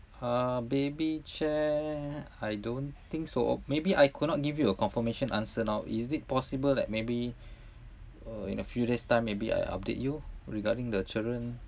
uh baby chair I don't think so or maybe I could not give you a confirmation answer now is it possible that maybe uh in a few days time maybe I update you regarding the children